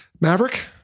Maverick